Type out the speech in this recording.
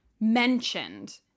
mentioned